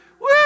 Woo